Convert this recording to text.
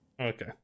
Okay